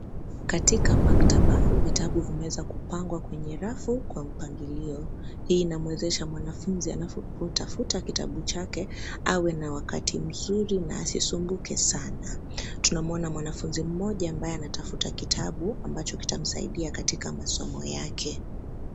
Katika maktaba, vitabu vimeweza kupangwa kwenye rafu kwa mpangilio. Hii inamuezeasha mwanafunzi anapotafuta kitabu chake awe na wakati mzuri na asisumbuke sana. Tunamuona mwanafunzi mmoja ambaye anatafuta kitabu ambacho kitamsaidia katika masomo yake.